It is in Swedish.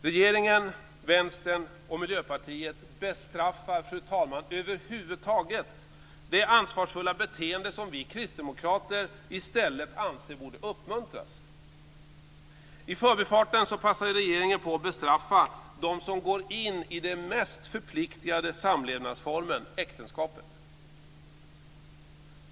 Regeringen, Vänstern och Miljöpartiet bestraffar, fru talman, över huvud taget det ansvarsfulla beteende som vi kristdemokrater i stället anser borde uppmuntras. I förbifarten passar regeringen på att bestraffa dem som går in i den mest förpliktande samlevnadsformen: äktenskapet.